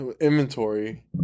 inventory